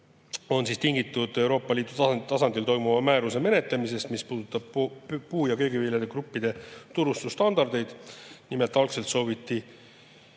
on tingitud Euroopa Liidu tasandil toimuvast määruse menetlemisest, mis puudutab puu- ja köögivilja gruppide turustusstandardeid. Nimelt, algselt sooviti